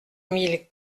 mille